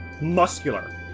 muscular